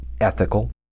ethical